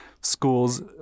schools